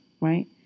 right